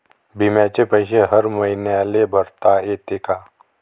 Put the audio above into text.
बिम्याचे पैसे हर मईन्याले भरता येते का?